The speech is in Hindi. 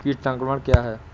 कीट संक्रमण क्या है?